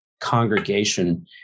congregation